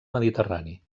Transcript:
mediterrani